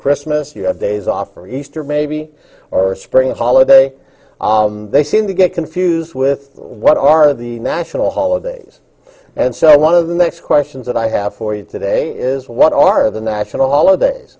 christmas you have days off for easter maybe or spring the holiday they seem to get confused with what are the national holidays and so i want to the next questions that i have for you today is what are the national holidays